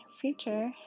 future